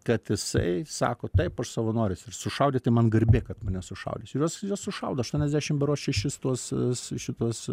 kad jisai sako taip aš savanoris ir sušaudyti man garbė kad mane sušaudys ir juos sušaudo aštuoniasdešim beroc šešis tuos šituos